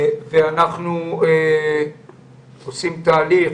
מהווים סכנה,